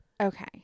Okay